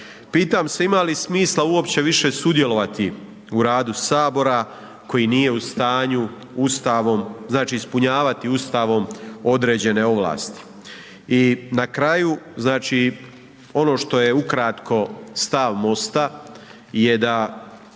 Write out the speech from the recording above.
Pitam se ima li smisla uopće više sudjelovati u radu Sabora koji nije u stanju Ustavom, znači ispunjavati Ustavom određene ovlasti. I na kraju znači ono što je ukratko stav MOST-a je da